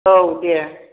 औ देह